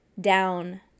down